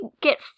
get